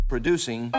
Producing